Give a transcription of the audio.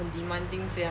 很 demanding 这样